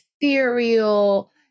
ethereal